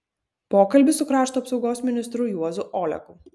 pokalbis su krašto apsaugos ministru juozu oleku